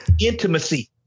intimacy